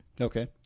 Okay